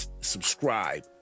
subscribe